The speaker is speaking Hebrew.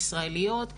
ישראליות,